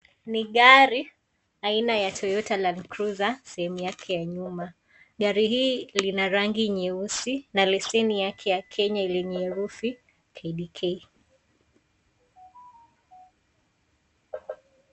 Ni gari aina ya Toyota Landcruiser sehemu yake ya nyuma. Gari hii lina rangi nyeusi na leseni yake ya Kenya lenye herufi KDK.